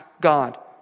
God